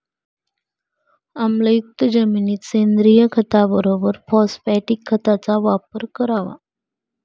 आम्लयुक्त जमिनीत सेंद्रिय खताबरोबर फॉस्फॅटिक खताचा वापर करावा